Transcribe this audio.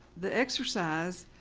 the exercise